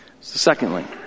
Secondly